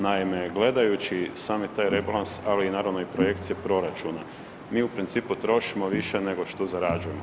Naime, gledajući sami taj rebalans ali naravno i projekcije proračuna mi u principu trošimo više nego što zarađujemo.